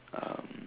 um